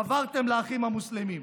חברתם לאחים המוסלמים.